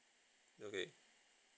okay